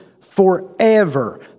forever